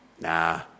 nah